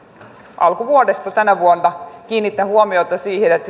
alkuvuodesta tänä vuonna kiinnittänyt huomiota siihen että